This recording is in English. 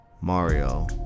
Mario